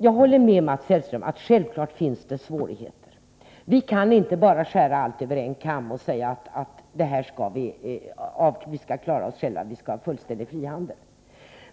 Jag håller med Mats Hellström om att självfallet finns det svårigheter. Vi kaninte bara skära allt över en kam och säga att vi skall klara oss själva och ha fullständig frihandel.